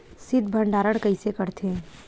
शीत भंडारण कइसे करथे?